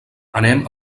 anem